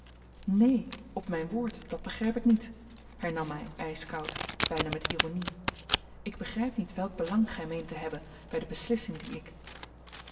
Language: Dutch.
neen op mijn woord dat begrijp ik niet hernam hij ijskoud bijna met ironie ik begrijp niet welk belang gij meent te hebben bij de beslissing die ik